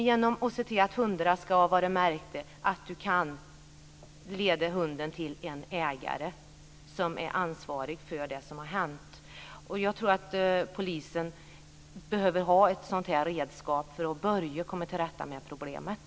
Genom att se till att hundarna är märkta ska hunden kunna ledas till en ägare som är ansvarig för det som har hänt. Jag tror att polisen behöver ha ett sådant här redskap för att börja komma till rätta med problemet.